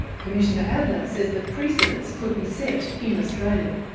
commissioner adler says that precedents could be set in australia.